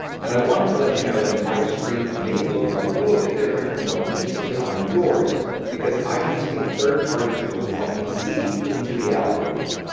and i wanted to let you know that my screen may look a little bit different from what you see on yours because i use a third-party tool to help me see into the algorithm.